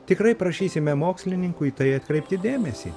tikrai prašysime mokslininkų į tai atkreipti dėmesį